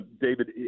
David